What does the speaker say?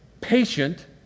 patient